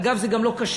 אגב, זה גם לא כשר.